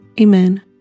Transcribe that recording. Amen